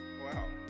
Wow